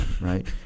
right